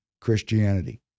Christianity